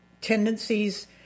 tendencies